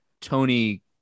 Tony